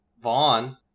Vaughn